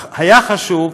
היה חשוב,